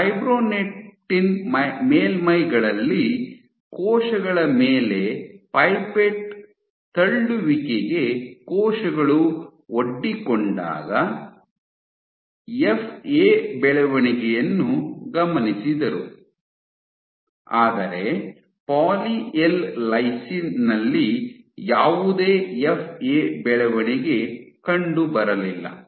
fibronectin ಮೇಲ್ಮೈಗಳಲ್ಲಿ ಕೋಶಗಳ ಮೇಲೆ ಪೈಪೆಟ್ ತಳ್ಳುವಿಕೆಗೆ ಜೀವಕೋಶಗಳು ಒಡ್ಡಿಕೊಂಡಾಗ ಎಫ್ಎ ಬೆಳವಣಿಗೆಯನ್ನು ಗಮನಿಸಿದರು ಆದರೆ ಪಾಲಿ ಎಲ್ ಲೈಸಿನ್ ನಲ್ಲಿ ಯಾವುದೇ ಎಫ್ಎ ಬೆಳವಣಿಗೆ ಕಂಡು ಬರಲಿಲ್ಲ